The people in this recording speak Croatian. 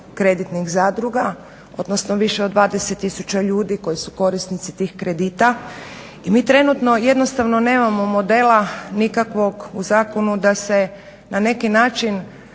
štedno-kreditnih zadruga, odnosno više od 20000 ljudi koji su korisnici tih kredita. I mi trenutno jednostavno nemamo modela nikakvog u zakonu da se na neki način